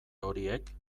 horiek